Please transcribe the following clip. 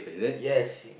yes